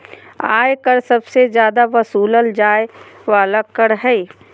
आय कर सबसे जादे वसूलल जाय वाला कर हय